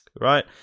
Right